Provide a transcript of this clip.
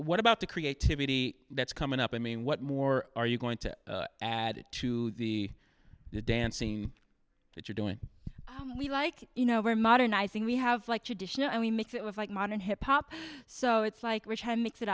what about the creativity that's coming up i mean what more are you going to add to the dance scene that you're doing we like you know we're modernizing we have like traditional and we mix it with like modern hip hop so it's like which can mix it